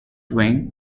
wing